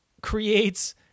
creates